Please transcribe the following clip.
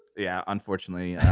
yeah, unfortunately